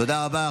תודה רבה.